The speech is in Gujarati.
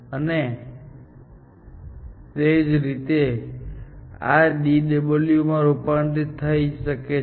અને તે જ રીતે આ dw માં રૂપાંતરિત થઈ શકે છે